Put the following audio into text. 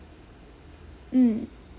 mm